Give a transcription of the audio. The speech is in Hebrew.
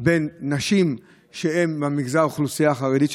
בין נשים שהן ממגזר האוכלוסייה החרדית,